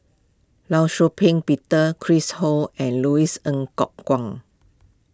Law Shau Ping Peter Chris Ho and Louis Ng Kok Kwang